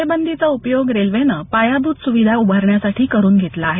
टाळेबंदी चा उपयोग रेल्वेने पायाभूत सुविधा उभारण्यासाठी करून घेतला आहे